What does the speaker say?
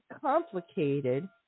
complicated